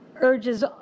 urges